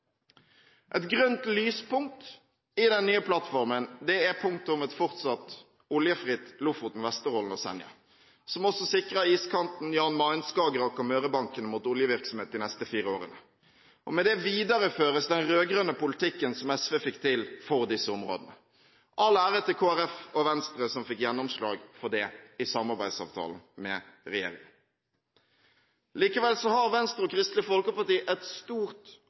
Et grønt lyspunkt i den nye plattformen er punktet om et fortsatt oljefritt Lofoten, Vesterålen og Senja, som også sikrer iskanten, Jan Mayen, Skagerrak og Mørebankene mot oljevirksomhet de neste fire årene. Med det videreføres den rød-grønne politikken som SV fikk til, for disse områdene. All ære til Kristelig Folkeparti og Venstre som fikk gjennomslag for det i samarbeidsavtalen med regjeringen. Likevel har Venstre og Kristelig Folkeparti et stort